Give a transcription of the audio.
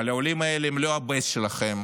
אבל העולים האלה הם לא הבייס שלכם,